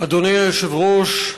אדוני היושב-ראש,